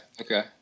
Okay